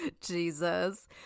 Jesus